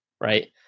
right